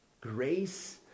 grace